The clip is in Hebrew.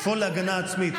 לפעול להגנה עצמית.